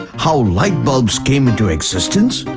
how light bulbs came into existence?